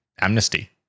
amnesty